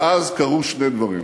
ואז קרו שני דברים,